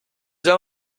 soll